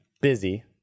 busy